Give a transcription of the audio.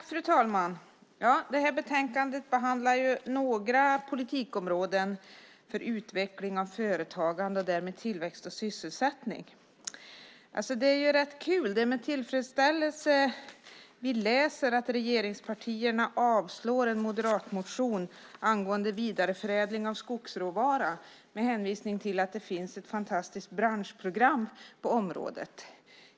Fru talman! Detta betänkande behandlar några politikområden för utveckling av företagande och därmed tillväxt och sysselsättning. Det är med tillfredsställelse vi läser att regeringspartierna avslår en moderatmotion angående vidareförädling av skogsråvara med hänvisning till att det finns ett fantastiskt branschprogram på området.